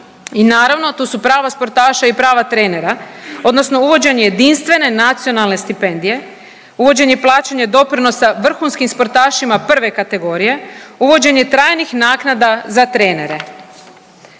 i naravno tu su i prava sportaša i prava trenera odnosno uvođenje jedinstvene nacionalne stipendije, uvođenje plaćanja doprinosa vrhunskim sportašima prve kategorije, uvođenje trajnih naknada za trenere.